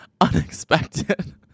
unexpected